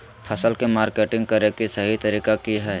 फसल के मार्केटिंग करें कि सही तरीका की हय?